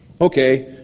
Okay